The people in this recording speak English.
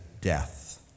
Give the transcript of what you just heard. death